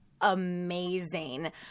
amazing